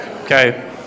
Okay